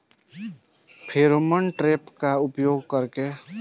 Pheromone trap का उपयोग कर के?